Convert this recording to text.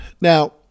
Now